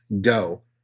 go